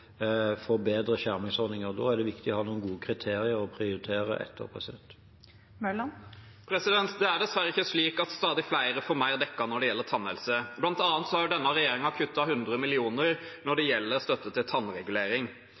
bedre skjermingsordninger. Da er det viktig å ha noen gode kriterier å prioritere etter. Det er dessverre ikke slik at stadig flere får dekket mer når det gjelder tannhelse. Blant annet har denne regjeringen kuttet 100 mill. kr når det gjelder støtte til tannregulering.